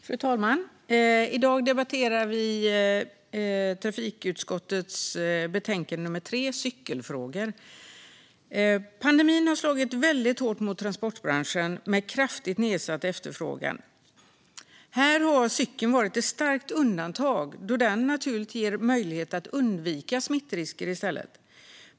Fru talman! I dag debatterar vi trafikutskottets betänkande TU3 Cykelfrågor . Pandemin har slagit väldigt hårt mot transportbranschen, med en kraftigt nedsatt efterfrågan. Här har cykeln varit ett starkt undantag, då den naturligt ger möjlighet att undvika smittrisker.